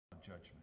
judgment